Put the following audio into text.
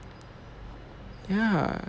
ya